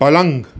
પલંગ